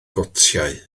gotiau